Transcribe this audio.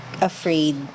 Afraid